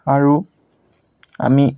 আৰু আমি